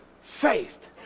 faith